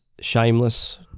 shameless